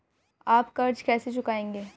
आप कर्ज कैसे चुकाएंगे?